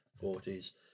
forties